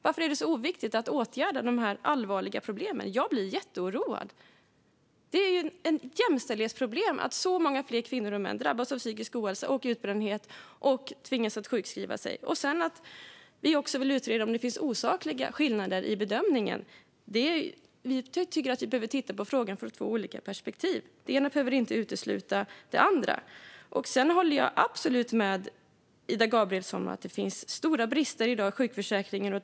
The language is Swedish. Varför är det oviktigt att åtgärda de allvarliga problemen? Jag blir jätteoroad. Det är ett jämställdhetsproblem att så många fler kvinnor än män drabbas av psykisk ohälsa och utbrändhet och tvingas till sjukskrivning. Vi vill också utreda om det finns osakliga skillnader i bedömningen. Man behöver titta på frågan ur olika perspektiv. Det ena behöver inte utesluta det andra. Jag håller med Ida Gabrielsson om att det absolut finns stora brister i sjukförsäkringen i dag.